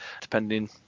depending